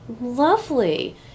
Lovely